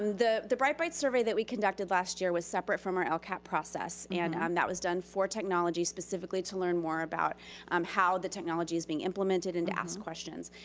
and the the bright bites survey that we conducted last year was separate from our lcap process. and um that was done for technology specifically to learn more about um how the technology is being implemented and to ask questions.